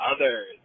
others